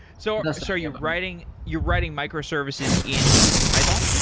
so and so you're writing you're writing micro-services in python?